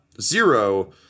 zero